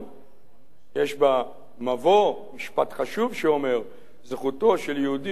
יש במבוא משפט חשוב שאומר: זכותו של יהודי לשבת בחברון